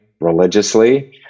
religiously